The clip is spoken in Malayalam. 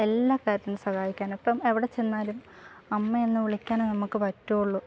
എല്ലാ കാര്യത്തിനും സഹായിക്കാനും ഇപ്പം എവിടെ ചെന്നാലും അമ്മയെന്നു വിളിക്കാനേ നമുക്ക് പറ്റുളൂ